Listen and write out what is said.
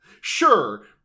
Sure